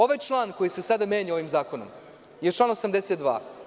Ovaj član, koji se sada menja ovim zakonom, je član 82.